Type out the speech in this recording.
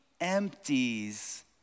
empties